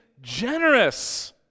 generous